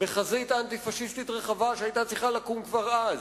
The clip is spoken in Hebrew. בחזית אנטי-פאשיסטית רחבה שהיתה צריכה לקום כבר אז.